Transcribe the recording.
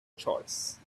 choice